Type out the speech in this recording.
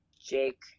Jake